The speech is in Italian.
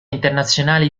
internazionale